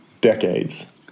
decades